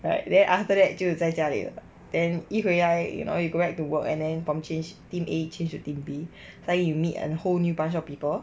right then after that 就在家里了 then 一回来 you know you go back to work and then from change team a change to team B then you meet a whole new bunch of people